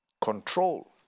control